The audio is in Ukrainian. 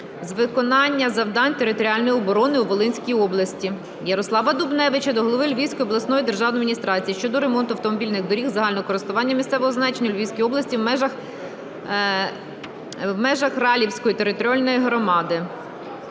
з виконання завдань територіальної оборони у Волинській області". Ярослава Дубневича до голови Львівської обласної державної адміністрації щодо ремонту автомобільних доріг загального користування місцевого значення у Львівській області, в межах Ралівської територіальної громади.